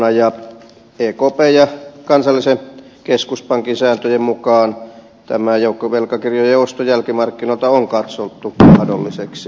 ekpn ja kansallisen keskuspankin sääntöjen mukaan tämä joukkovelkakirjojen osto jälkimarkkinoilta on katsottu mahdolliseksi